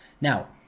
Now